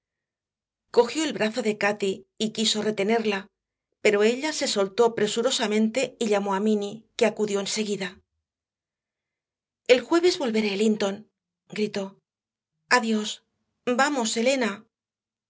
cogió el brazo de cati y quiso retenerla pero ella se soltó presurosamente y llamó a m inny que acudió enseguida el jueves volveré linton gritó adiós vamos elena